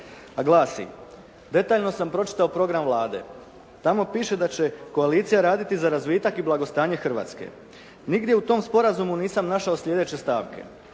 a glasi. Detaljno sam pročitao program Vlade. Tamo piše da će koalicija raditi za razvitak i blagostanje Hrvatske. Nigdje u tom sporazumu nisam našao slijedeće stavke